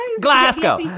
Glasgow